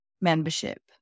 membership